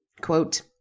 quote